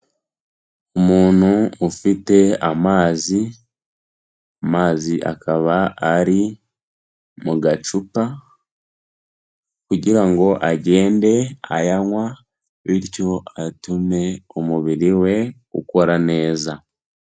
Umuntu ufite amazi, amazi akaba ari mu gacupa, kugira ngo agende ayanywa, bityo atume umubiri we ukora neza.